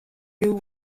new